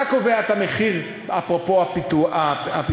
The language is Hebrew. אתה קובע את המחיר אפרופו הפיקוח,